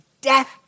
Death